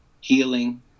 healing